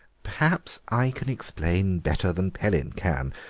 perhaps i can explain better than pellin can,